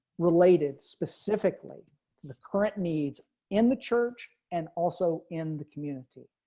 related specifically the current needs in the church and also in the community.